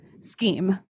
scheme